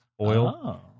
oil